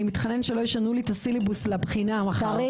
אני מתחנן שלא ישנו לי את הסילבוס לבחינה מחר.